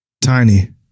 Tiny